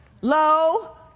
low